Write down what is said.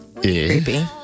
Creepy